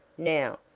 now,